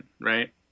right